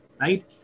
right